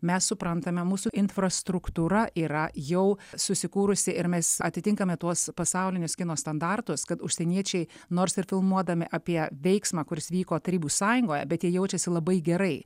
mes suprantame mūsų infrastruktūra yra jau susikūrusi ir mes atitinkame tuos pasaulinius kino standartus kad užsieniečiai nors ir filmuodami apie veiksmą kuris vyko tarybų sąjungoje bet jie jaučiasi labai gerai